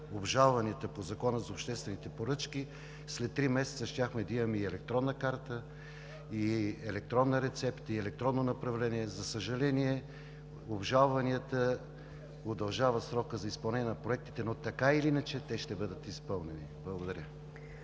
обжалванията по Закона за обществените поръчки, след три месеца щяхме да имаме и електронна карта, и електронна рецепта и електронно направление. За съжаление, обжалванията удължават срока за изпълнение на проектите, но така или иначе те ще бъдат изпълнени. Благодаря.